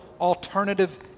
alternative